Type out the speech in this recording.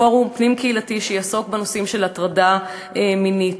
פורום פנים-קהילתי שיעסוק בנושאים של הטרדה מינית.